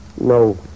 No